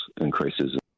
increases